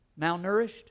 Malnourished